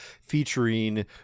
featuring